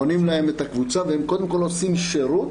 בונים להם את הקבוצה והם קודם כל עושים שירות,